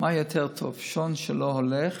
מה יותר טוב, שעון שלא הולך